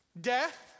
death